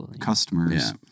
customers